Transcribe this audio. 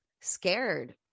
scared